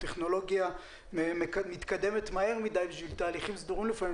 הטכנולוגיה מתקדמת מהר מדי בשביל תהליכים סדורים לפעמים,